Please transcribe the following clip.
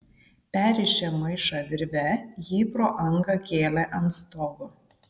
perrišę maišą virve jį pro angą kėlė ant stogo